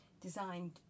designed